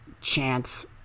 chance